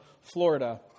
Florida